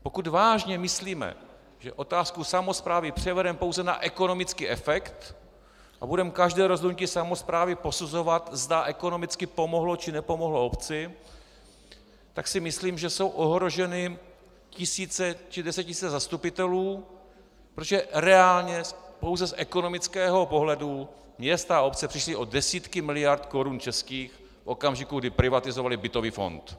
Pokud vážně myslíme, že otázku samosprávy převedeme pouze na ekonomický efekt a budeme každé rozhodnutí samospráv posuzovat, zda ekonomicky pomohlo, či nepomohlo obci, tak si myslím, že jsou ohroženy tisíce či desetitisíce zastupitelů, protože reálně pouze z ekonomického pohledu města a obce přišly o desítky miliard korun českých v okamžiku, kdy privatizovaly bytový fond.